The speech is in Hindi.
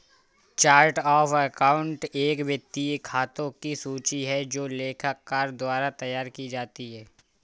चार्ट ऑफ़ अकाउंट एक वित्तीय खातों की सूची है जो लेखाकार द्वारा तैयार की जाती है